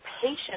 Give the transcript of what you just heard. patient